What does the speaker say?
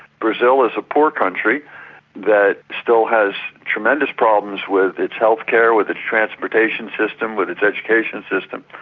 brazil is a poor country that still has tremendous problems with its healthcare, with its transportation system, with its education system.